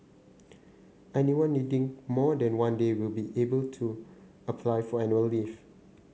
anyone needing more than one day will be able to apply for annual leave